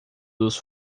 dos